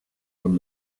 from